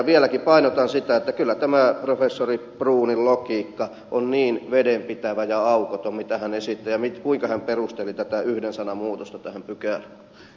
vieläkin painotan sitä että kyllä tämä professori bruunin logiikka on niin vedenpitävä ja aukoton mitä hän esittää ja kuinka hän perusteli tätä yhden sanan muutosta tähän pykälään